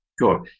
Sure